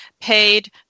paid